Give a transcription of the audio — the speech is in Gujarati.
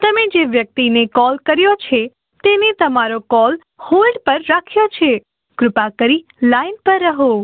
તમે જે વ્યક્તિને કોલ કર્યો છે તેને તમારો કોલ હોલ્ડ પર રાખ્યો છે કૃપા કરી લાઈન પર રહો